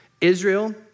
Israel